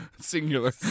Singular